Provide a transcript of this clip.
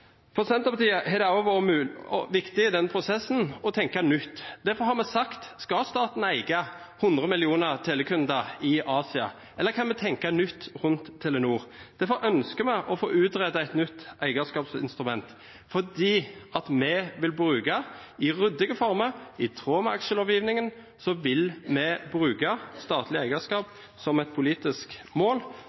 For Senterpartiet har det også vært viktig i denne prosessen å tenke nytt. Derfor har vi sagt: Skal staten eie 100 millioner telekunder i Asia, eller kan vi tenke nytt rundt Telenor? Derfor ønsker vi å få utredet et nytt eierskapsinstrument, fordi vi vil bruke – i ryddige former, i tråd med aksjelovgivningen – statlig eierskap som et politisk mål.